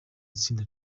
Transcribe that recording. itsinda